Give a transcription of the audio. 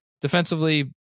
defensively